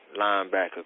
linebacker